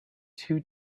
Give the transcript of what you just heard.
two